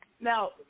Now